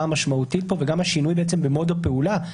המשמעותית פה וגם השינוי במוד הפעולה,